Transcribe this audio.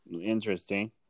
Interesting